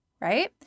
right